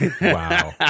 Wow